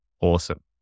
Awesome